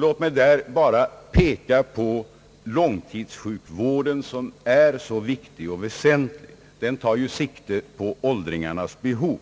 Låt mig där bara peka på långtidssjukvården, som är så viktig och väsentlig — den tar ju sikte på åldringarnas behov.